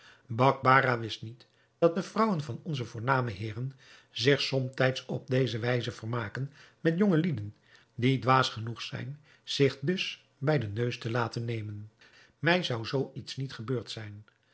bakbarah wist niet dat de vrouwen van onze voorname heeren zich somtijds op deze wijze vermaken met jongelieden die dwaas genoeg zijn zich dus bij den neus te laten nemen mij zou zoo iets niet gebeurd zijn